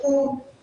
בוקר טוב לכולם.